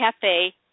Cafe